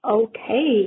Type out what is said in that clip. okay